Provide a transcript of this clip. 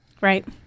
Right